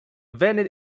vented